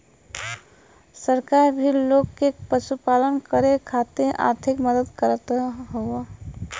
सरकार भी लोग के पशुपालन करे खातिर आर्थिक मदद करत हौ